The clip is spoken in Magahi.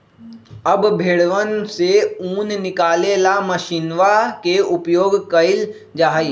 अब भेंड़वन से ऊन निकाले ला मशीनवा के उपयोग कइल जाहई